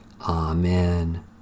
Amen